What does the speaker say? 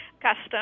Custom